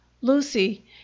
Lucy